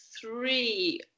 three